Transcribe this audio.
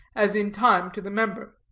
as in time to the member.